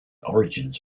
origins